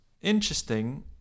interesting